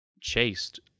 chased